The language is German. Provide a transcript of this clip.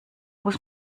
muss